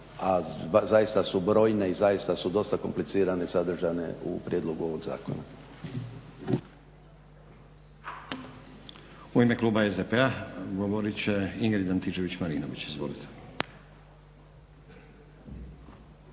a zaista su brojne i zaista su dosta komplicirane i sadržane u prijedlogu ovog zakona.